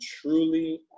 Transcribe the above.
truly